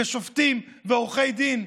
שופטים ועורכי דין,